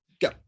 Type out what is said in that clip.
go